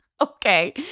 okay